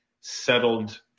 settled